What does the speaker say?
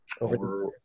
Over